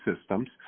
Systems